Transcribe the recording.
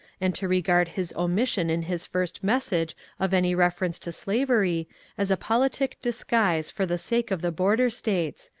and to regard his omission in his first message of any reference to slavery as a politic disguise for the sake of the border states,